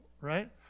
right